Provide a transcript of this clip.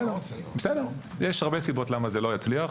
יש הרבה סיבות למה זה לא יצליח,